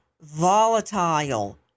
volatile